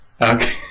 Okay